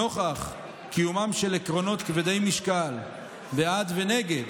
נוכח קיומם של עקרונות כבדי משקל בעד ונגד